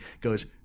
goes